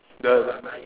the the